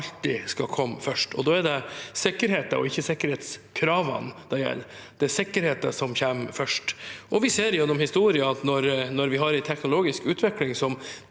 alltid skal komme først. Da er det sikkerheten og ikke sikkerhetskravene det gjelder. Det er sikkerheten som kommer først. Vi ser fra historien at når vi har hatt en teknologisk utvikling som